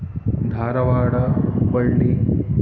Dharwad Hubballi